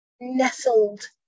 nestled